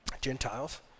Gentiles